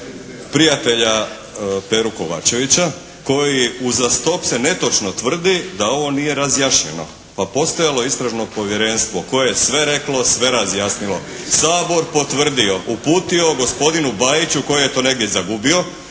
prijatelja Peru Kovačevića koji uzastopce netočno tvrdi da ovo nije razjašnjeno. Pa postojalo je Istražno povjerenstvo koje je sve reklo, sve razjasnilo. Sabor potvrdio, uputio gospodinu Bajiću koji je to negdje zagubio,